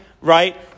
right